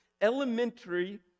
elementary